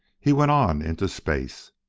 he went on into space.